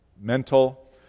mental